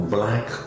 Black